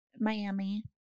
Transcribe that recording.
Miami